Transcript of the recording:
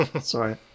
Sorry